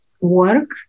work